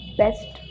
best